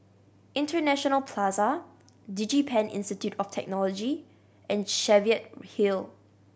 International Plaza DigiPen Institute of Technology and Cheviot Hill